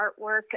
artwork